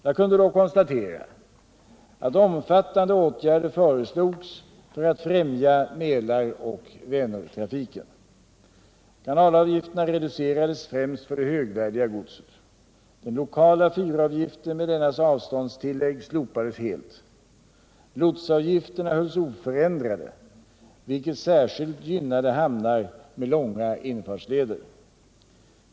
Jag kunde då konstatera att omfattande åtgärder föreslogs för att främja Mälaroch Vänertrafiken. Kanalavgifterna reducerades främst för det högvärdiga godset. Den lokala fyravgiften med dennas avståndstillägg slopades helt. Lotsavgifterna hölls oförändrade, vilket särskilt gynnade hamnar med långa infartsleder.